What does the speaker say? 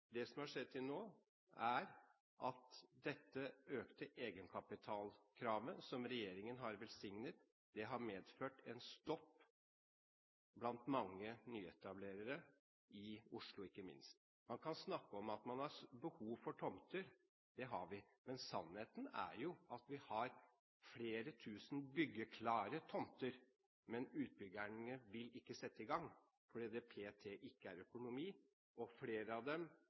Det som har skjedd til nå, er at dette økte egenkapitalkravet som regjeringen har velsignet, har medført en stopp blant mange nyetablerere, ikke minst i Oslo. Man kan snakke om at man har behov for tomter – det har vi – men sannheten er at vi har flere tusen byggeklare tomter, men utbyggerne vil ikke sette i gang fordi det p.t. ikke er økonomi til det. Flere av dem